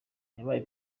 wabaye